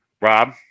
Rob